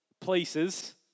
places